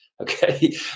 Okay